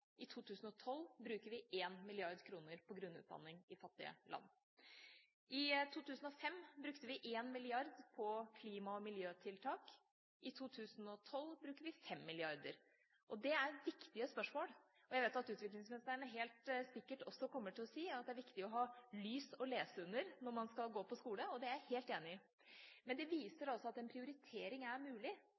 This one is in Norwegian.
i 2012 bruker vi 1 mrd. kr på grunnutdanning i fattige land. I 2005 brukte vi 1 mrd. kr på klima- og miljøtiltak, i 2012 bruker vi 5 mrd. kr. Det er viktige spørsmål. Jeg vet at utviklingsministeren helt sikkert også kommer til å si at det er viktig å ha lys å lese under når man skal gå på skole, og det er jeg helt enig i. Men det viser også at en prioritering er mulig,